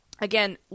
again